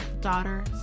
daughter